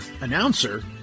Announcer